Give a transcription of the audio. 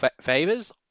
favors